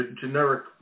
generic